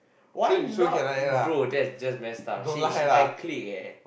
why not bro that's just mess up she she my clique eh